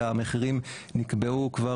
והמחירים נקבעו כבר,